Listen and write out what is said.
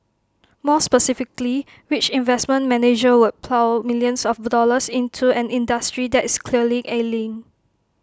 more specifically which investment manager would plough millions of dollars into an industry that is clearly ailing